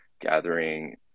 gathering